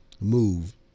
move